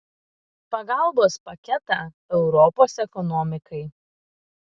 pagalbos paketą europos ekonomikai